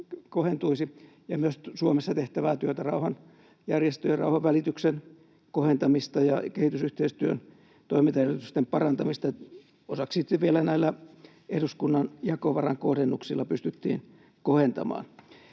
Myös Suomessa tehtävää työtä, rauhanjärjestöjen ja rauhanvälityksen kohentamista ja kehitysyhteistyön toimintaedellytysten parantamista, osaksi sitten vielä näillä eduskunnan jakovaran kohdennuksilla pystyttiin kohentamaan.